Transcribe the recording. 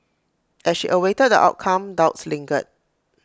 as she awaited the outcome doubts lingered